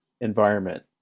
environment